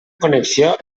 connexió